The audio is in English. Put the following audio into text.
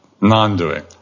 non-doing